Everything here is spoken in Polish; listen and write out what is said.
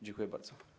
Dziękuję bardzo.